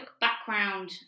background